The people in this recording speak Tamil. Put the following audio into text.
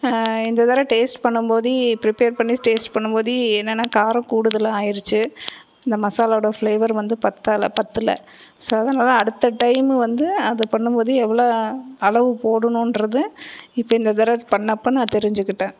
இந்த தடவ டேஸ்ட் பண்ணும் போதே பிரிப்பர் பண்ணி டேஸ்ட் பண்ணும் போது என்னன்னா காரம் கூடுதலாக ஆயிருச்சு அந்த மசாலாவோட ஃபிளேவர் வந்து பத்தல பத்துல ஸோ அதனால் அடுத்த டைமும் வந்து அது பண்ணும் போது எவ்வளோ அளவு போடணும்ன்றது இப்போ இந்த தடவ பண்ணப்போ நான் தெரிஞ்சிக்கிட்டேன்